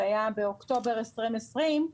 זה היה באוקטובר 2020,